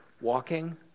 walking